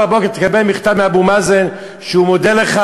בבוקר תקבל מכתב מאבו מאזן שהוא מודה לך,